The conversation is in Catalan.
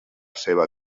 seva